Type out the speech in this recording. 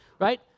right